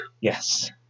Yes